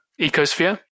ecosphere